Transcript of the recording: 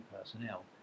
personnel